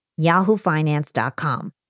yahoofinance.com